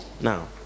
now